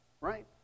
right